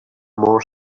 more